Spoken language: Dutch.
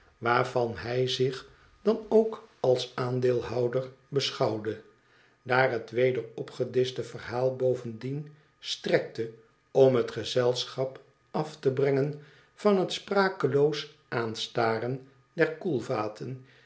waarvan hij zich dan ook als aandeelhouder beschouwde daar het weder opge dischte verhaal bovendien strekte om het gezelschap af te brengen van het sprakeloos aanstaren der